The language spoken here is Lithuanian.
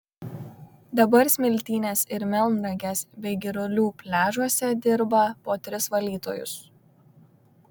dabar smiltynės ir melnragės bei girulių pliažuose dirba po tris valytojus